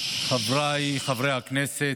חבריי חברי הכנסת,